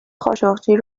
خاشقچی